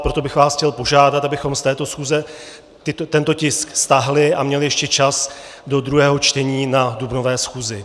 Proto bych vás chtěl požádat, abychom z této schůze tento tisk stáhli a měli ještě čas do druhého čtení na dubnové schůzi.